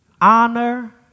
honor